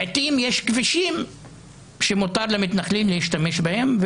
לעיתים יש כבישים שמותר למתנחלים להשתמש בהם,